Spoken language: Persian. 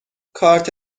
کارت